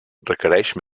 requereix